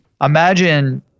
imagine